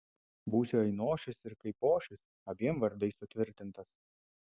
būsi ainošius ir kaipošius abiem vardais sutvirtintas